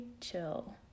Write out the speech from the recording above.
chill